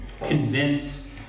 convinced